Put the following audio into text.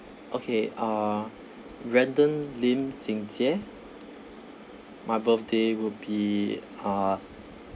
okay uh brendan lim jing jie my birthday would be uh